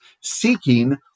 seeking